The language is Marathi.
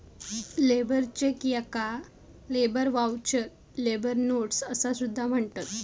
लेबर चेक याका लेबर व्हाउचर, लेबर नोट्स असा सुद्धा म्हणतत